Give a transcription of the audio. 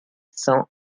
cent